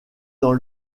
dans